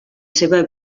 seva